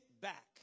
back